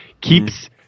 keeps